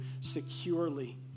securely